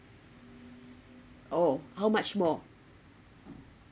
oh how much more